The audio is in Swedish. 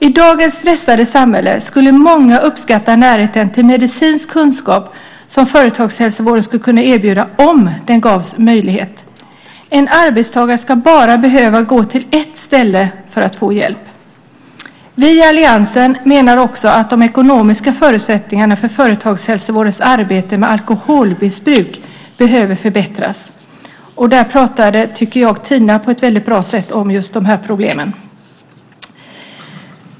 I dagens stressade samhälle skulle många uppskatta den närhet till medicinsk kunskap som företagshälsovården skulle kunna erbjuda om den gavs möjlighet. En arbetstagare ska bara behöva gå till ett ställe för att få hjälp. Vi i alliansen menar också att de ekonomiska förutsättningarna för företagshälsovårdens arbete med alkoholmissbruk behöver förbättras. Jag tycker att Tina på ett väldigt bra sätt pratade om just de problemen.